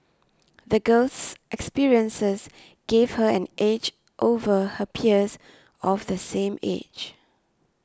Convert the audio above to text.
the girl's experiences gave her an edge over her peers of the same age